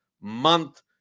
month